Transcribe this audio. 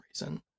reason